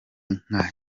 nka